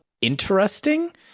interesting